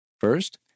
First